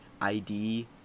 ID